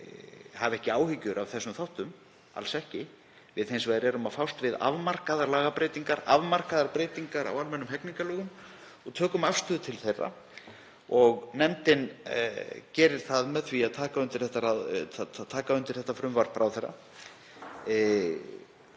Við erum hins vegar að fást við afmarkaðar lagabreytingar, afmarkaðar breytingar á almennum hegningarlögum og tökum afstöðu til þeirra. Nefndin gerir það með því að taka undir þetta frumvarp ráðherra.